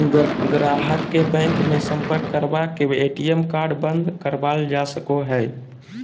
गाहक के बैंक मे सम्पर्क करवा के ए.टी.एम कार्ड बंद करावल जा सको हय